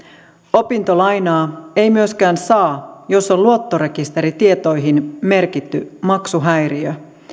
opintolainaa ei myöskään saa jos on luottorekisteritietoihin merkitty maksuhäiriö